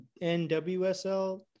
NWSL